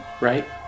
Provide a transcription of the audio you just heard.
right